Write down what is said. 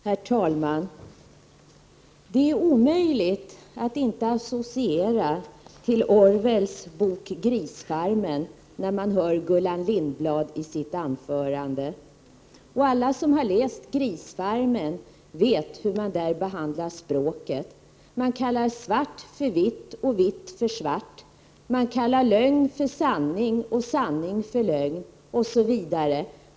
Herr talman! Det är omöjligt att inte associera till Orwells bok Djurfarmen när man hör Gullan Lindblad. Alla som har läst Djurfarmen vet hur man där behandlar språket. Man kallar svart för vitt och vitt för svart. Man kallar lögn för sanning och sanning för lögn osv.